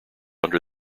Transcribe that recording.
under